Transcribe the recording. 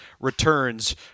returns